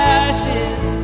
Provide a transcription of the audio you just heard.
ashes